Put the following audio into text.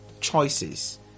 choices